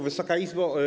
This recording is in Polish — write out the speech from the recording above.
Wysoka Izbo!